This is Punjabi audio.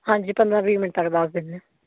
ਹਾਂਜੀ ਪੰਦਰ੍ਹਾਂ ਵੀਹ ਮਿੰਟ ਤੱਕ ਦਸ ਦਿੰਦੇ ਹਾਂ